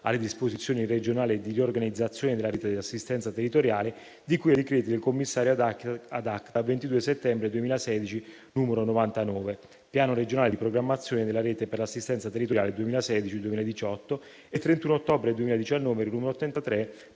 alle disposizioni regionali e di riorganizzazione della rete di assistenza territoriale, di cui ai decreti del commissario *ad acta* del 22 settembre 2016, n. 99, avente ad oggetto il piano regionale di programmazione della rete per l'assistenza territoriale 2016-2018, e del 31 ottobre 2019, n. 83,